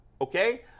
Okay